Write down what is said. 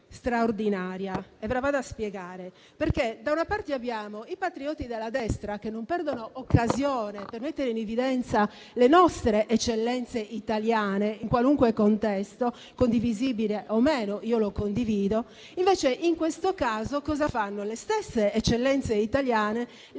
straordinaria e ve la spiego. Da una parte abbiamo i patrioti dalla destra, che non perdono occasione per mettere in evidenza le nostre eccellenze italiane in qualunque contesto - condivisibile o meno, io lo condivido - mentre in questo caso le stesse eccellenze italiane le